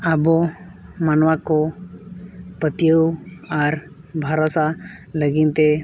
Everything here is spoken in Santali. ᱟᱵᱚ ᱢᱟᱱᱣᱟ ᱠᱚ ᱯᱟᱹᱛᱭᱟᱹᱣ ᱟᱨ ᱵᱷᱚᱨᱥᱟ ᱞᱟᱹᱜᱤᱫᱛᱮ